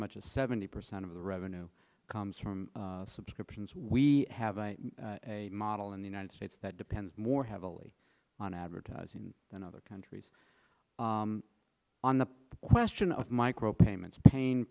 much as seventy percent of the revenue comes from subscriptions we have a model in the united states that depends more heavily on advertising than other countries on the question of micro payments pain